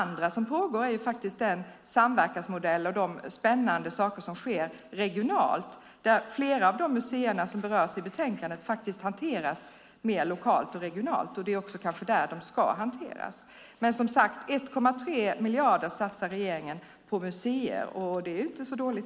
När det gäller annat som pågår kan samverkansmodellen nämnas och de spännande saker som sker regionalt. Flera av de museer som berörs i betänkandet hanteras mer lokalt och regionalt. Det är kanske där de ska hanteras. Som sagt: 1,3 miljarder satsar regeringen på museer. Det är inte så dåligt.